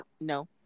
No